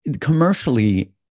commercially